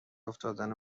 افتادن